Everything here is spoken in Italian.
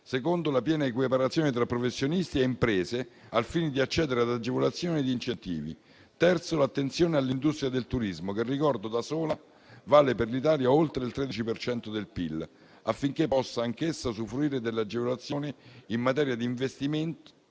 secondo, la piena di equiparazione tra professionisti e imprese al fine di accedere ad agevolazioni ed incentivi; terzo, l'attenzione all'industria del turismo, che - ricordo - da sola vale per l'Italia oltre il 13 per cento del PIL, affinché possa anch'essa usufruire delle agevolazioni in materia di investimenti